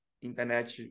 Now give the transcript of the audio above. Internet